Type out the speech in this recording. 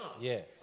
Yes